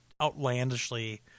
outlandishly